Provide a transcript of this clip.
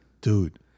dude